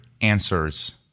answers